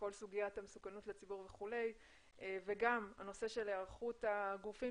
כל סוגיית המסוכנות לציבור והנושא של היערכות הגופים